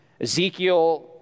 Ezekiel